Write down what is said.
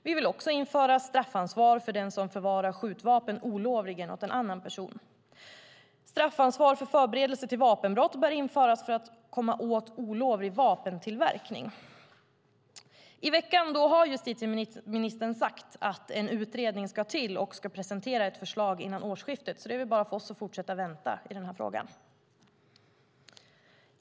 Vi vill också införa straffansvar för den som olovligen förvarar skjutvapen åt en annan person. Straffansvar för förberedelser till vapenbrott bör införas för att komma åt olovlig vapentillverkning. I veckan har justitieministern sagt att en utredning ska till och att den ska presentera ett förslag före årsskiftet, så det är väl bara för oss att fortsätta vänta i denna fråga.